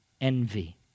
Envy